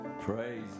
Praise